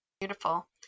Beautiful